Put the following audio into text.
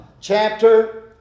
chapter